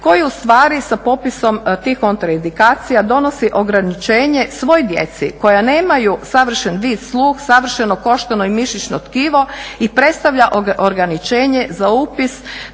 koji ustvari sa popisom tih kontraindikacija donosi ograničenje svoj djeci koja nemaju savršen vid, sluh, savršeno koštano i mišićno tkivo i predstavlja ograničenje za upis